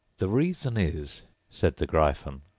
the reason is said the gryphon,